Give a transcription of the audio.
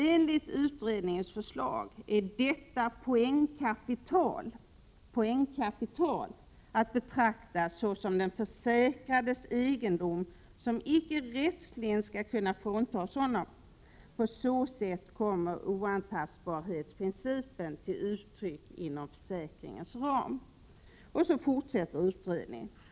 Enligt utredningens förslag --—- är detta poängkapital att betrakta såsom den försäkrades egendom, som icke rättsligen skall kunna fråntagas honom. På så sätt kommer oantastbarhetsprincipen till uttryck inom försäkringens ram.